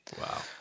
Wow